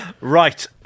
Right